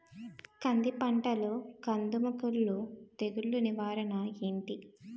కంది పంటలో కందము కుల్లు తెగులు నివారణ ఏంటి?